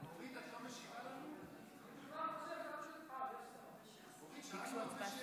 אורית, את לא משיבה לנו?